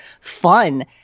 fun